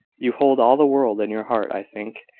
you hold all the world in your heart, i think.